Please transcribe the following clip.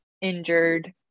injured